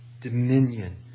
dominion